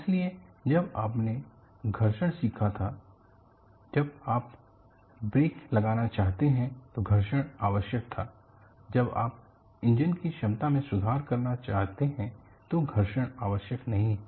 इसलिए जब आपने घर्षण सीखा था जब आप ब्रेक लगाना चाहते थे तो घर्षण आवश्यक था जब आप इंजन की दक्षता में सुधार करना चाहते हैं तो घर्षण आवश्यक नहीं है